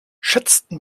schätzten